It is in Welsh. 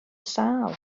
sâl